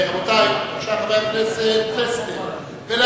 חבר הכנסת פלסנר, בבקשה.